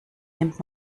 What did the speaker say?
nimmt